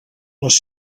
les